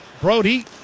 Brody